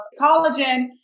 collagen